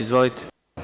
Izvolite.